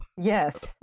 Yes